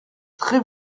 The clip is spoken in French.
très